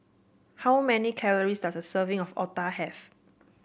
how many calories does a serving of Otah have